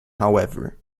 however